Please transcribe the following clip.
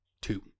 two